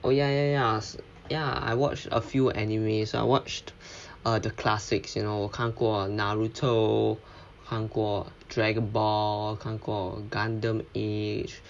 oh ya ya ya ya I watched a few anyways I watched uh the classics you know 我看过 naruto 看过 dragon ball 看过 gundam age